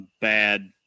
bad